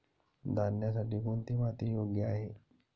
धान्यासाठी कोणती माती योग्य आहे?